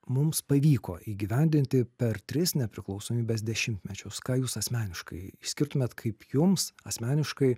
mums pavyko įgyvendinti per tris nepriklausomybės dešimtmečius ką jūs asmeniškai išskirtumėt kaip jums asmeniškai